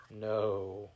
No